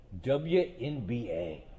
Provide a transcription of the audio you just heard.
WNBA